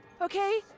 okay